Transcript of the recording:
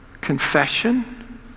confession